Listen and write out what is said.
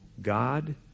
God